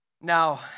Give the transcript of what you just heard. Now